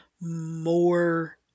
more